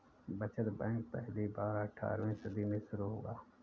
बचत बैंक पहली बार अट्ठारहवीं सदी में शुरू हुआ